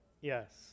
yes